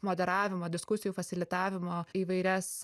moderavimo diskusijų fasilitavimo įvairias